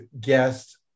guest